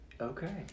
Okay